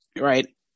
Right